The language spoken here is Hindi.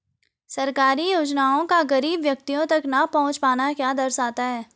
सरकारी योजनाओं का गरीब व्यक्तियों तक न पहुँच पाना क्या दर्शाता है?